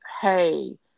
hey